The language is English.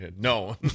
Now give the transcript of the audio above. No